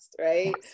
right